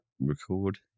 Record